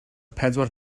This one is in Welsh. pedwar